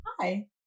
hi